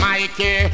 Mikey